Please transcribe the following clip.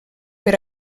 per